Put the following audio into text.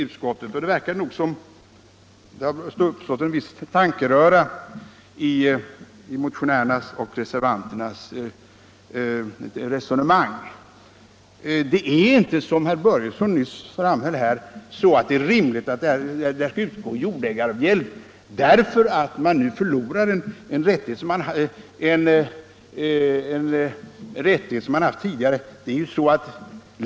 Det verkar som om det hade uppstått en viss tankeröra i motionärernas och reservanternas resonemang. Det är inte rimligt, som herr Börjesson i Glömminge nyss framhöll, att det skall utgå jordägaravgäld därför att man nu förlorar en rättighet som man haft tidigare.